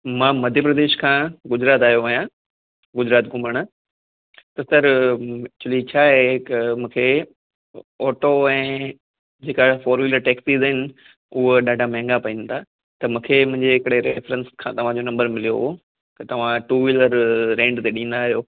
मां मध्यप्रदेश खां गुजरात आयो आहियां गुजरात घुमण त सर एक्चुली छा आहे हिक मूंखे ओटो ऐं जेका फ़ोर व्हीलर टैक्सीज़ आहिनि हूअ ॾाढा महांगा पवन था त मूंखे मुंहिंजे हिकिड़े रेफ़रेंस खां तव्हांजो नम्बर मिलियो हो त तव्हां टू व्हीलर रेंट ते ॾींदा आहियो